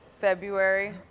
February